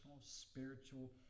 spiritual